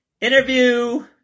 interview